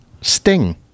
Sting